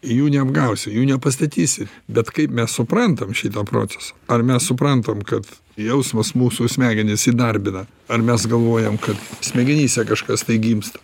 jų neapgausi jų nepastatysi bet kaip mes suprantam šitą procesą ar mes suprantam kad jausmas mūsų smegenis įdarbina ar mes galvojam kad smegenyse kažkas gimsta